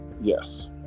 Yes